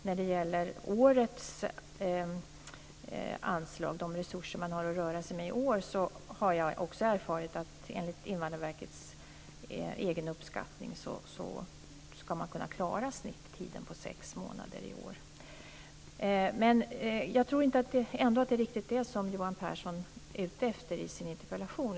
När det gäller årets anslag - de resurser som man har att röra sig med i år - har jag erfarit att man enligt Invandrarverkets egen uppskattning ska kunna klara snittiden på sex månader. Men jag tror ändå inte att det är riktigt det här som Johan Pehrson är ute efter i sin interpellation.